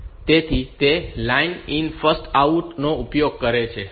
તેથી તે last in first out structure નો ઉપયોગ કરે છે